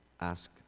Ask